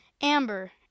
Amber